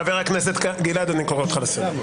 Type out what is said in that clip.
חבר הכנסת גלעד, אני קורא אותך לסדר.